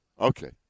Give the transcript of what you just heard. Okay